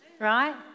right